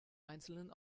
einzelnen